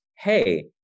hey